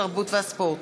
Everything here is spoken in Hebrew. התרבות והספורט.